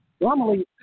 Normally